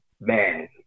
man